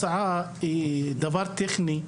הצעה היא דבר טכני.